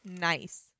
Nice